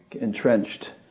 entrenched